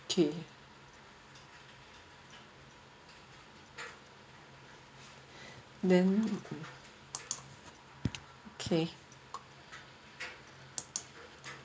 okay then okay